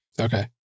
Okay